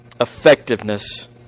effectiveness